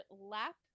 lap